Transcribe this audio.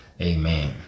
Amen